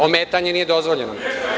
Ometanje nije dozvoljeno.